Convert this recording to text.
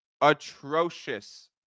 Atrocious